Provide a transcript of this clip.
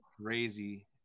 crazy